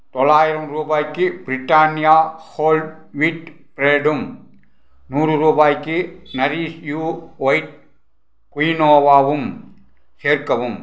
தொள்ளாயிரம் ரூபாய்க்கு Britannia whole wheat ப்ரெய்டும் நூறு ரூபாய்க்கு நரிஷ் யூ ஒயிட் குயினோவாவும் சேர்க்கவும்